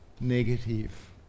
negative